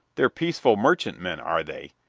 they're peaceful merchantmen, are they!